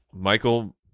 Michael